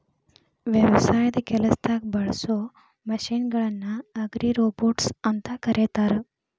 ವ್ಯವಸಾಯದ ಕೆಲಸದಾಗ ಬಳಸೋ ಮಷೇನ್ ಗಳನ್ನ ಅಗ್ರಿರೋಬೊಟ್ಸ್ ಅಂತ ಕರೇತಾರ